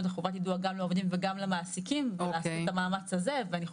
את חובת היידוע גם לעובדים וגם למעסיקים ואנחנו נעשה את